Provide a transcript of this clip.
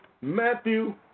Matthew